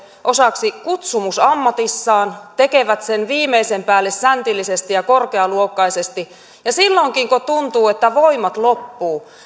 osaksi kutsu musammatissaan tekevät sen viimeisen päälle säntillisesti ja korkealuokkaisesti ja silloinkin kun tuntuu että voimat loppuvat